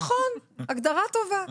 נכון, הגדרה טובה.